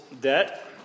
debt